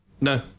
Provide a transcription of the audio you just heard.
No